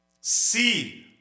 See